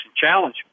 challenge